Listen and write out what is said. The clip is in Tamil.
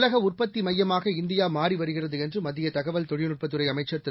உலக உற்பத்தி மையமாக இந்தியா மாறிவருகிறது என்று மத்திய தகவல் தொழில்நுட்பத் துறை அமைச்சர் திரு